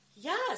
Yes